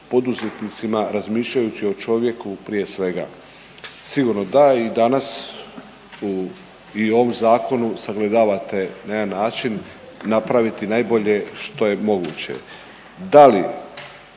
poduzetnicima razmišljajući o čovjeku prije svega. Sigurno da i danas i u ovom zakonu sagledate na jedan način napraviti najbolje što je moguće.